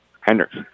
Hendricks